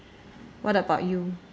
what about you